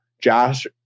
Josh